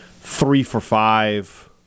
three-for-five